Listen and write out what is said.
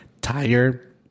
tired